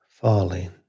falling